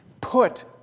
put